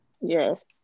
yes